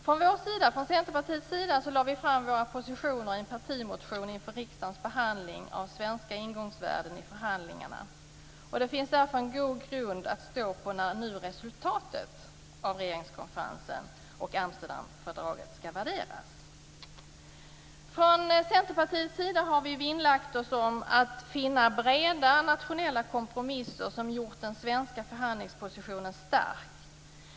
Från Centerpartiets sida lade vi fram våra positioner i en partimotion inför riksdagens behandling av svenska ingångsvärden i förhandlingarna. Det finns därför en god grund att stå på när resultatet av regeringskonferensen och Amsterdamfördraget nu skall värderas. Från Centerpartiets sida har vi vinnlagt oss om att finna breda nationella kompromisser som gjort den svenska förhandlingspositionen stark.